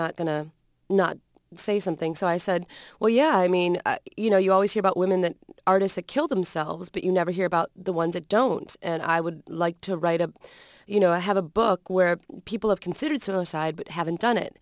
not going to not say something so i said well yeah i mean you know you always hear about women that artistic kill themselves but you never hear about the ones that don't and i would like to write a you know i have a book where people have considered suicide but haven't done it